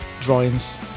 drawings